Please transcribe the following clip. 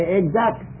exact